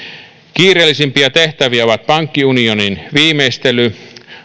kiireellisimpiä tehtäviä ovat pankkiunionin viimeistely